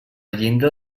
llinda